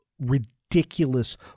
ridiculous